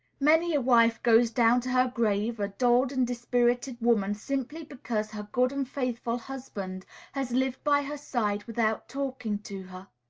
many a wife goes down to her grave a dulled and dispirited woman simply because her good and faithful husband has lived by her side without talking to her!